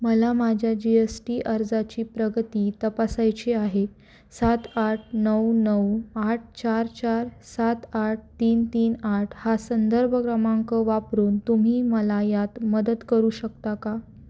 मला माझ्या G S T अर्जाची प्रगती तपासायची आहे सात आठ नऊ नऊ आठ चार चार सात आठ तीन तीन आठ हा संदर्भ क्रमांक वापरून तुम्ही मला यात मदत करू शकता का